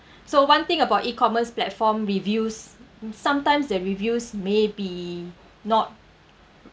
so one thing about e-commerce platform reviews sometimes the reviews may be not